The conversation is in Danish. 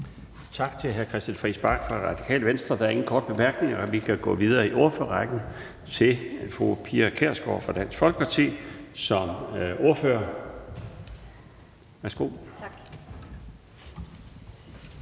Tak til hr. Christian Friis Bach fra Radikale Venstre. Der er ingen korte bemærkninger, og vi kan gå videre i ordførerrækken til fru Pia Kjærsgaard fra Dansk Folkeparti som ordfører. Værsgo. Kl.